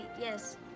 yes